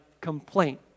complaint